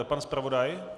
Pan zpravodaj?